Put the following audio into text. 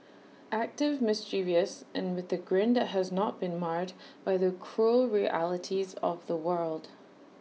active mischievous and with A grin that has not been marred by the cruel realities of the world